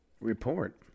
report